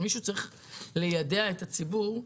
שוחחנו בנושא הזה ואשמח לדעת מה הם הדברים שמקדמים אצלכם כי